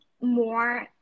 more